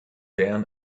down